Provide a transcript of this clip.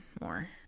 more